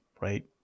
right